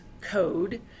code